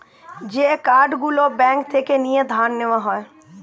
যে কার্ড গুলো ব্যাঙ্ক থেকে নিয়ে ধার নেওয়া যায়